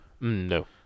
No